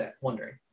wondering